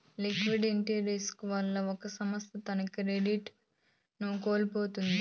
liquidity risk వల్ల ఒక సంస్థ తన క్రెడిట్ ను కోల్పోతుంది